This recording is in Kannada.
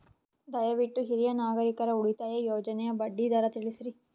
ದಯವಿಟ್ಟು ಹಿರಿಯ ನಾಗರಿಕರ ಉಳಿತಾಯ ಯೋಜನೆಯ ಬಡ್ಡಿ ದರ ತಿಳಸ್ರಿ